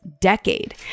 decade